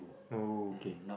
okay